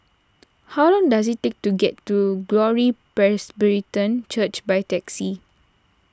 how long does it take to get to Glory Presbyterian Church by taxi